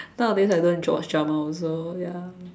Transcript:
some of days I don't watch drama also ya